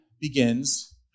begins